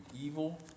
evil